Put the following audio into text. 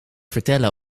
vertellen